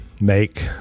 make